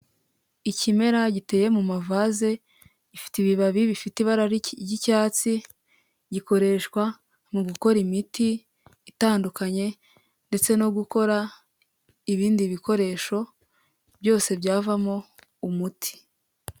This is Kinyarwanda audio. Ikimera giteye mu mavase; ifite ibibabi bifite ibara ry'icyatsi, gikoreshwa mu gukora imiti itandukanye ndetse no gukora ibindi bikoresho byose byavamo umuti.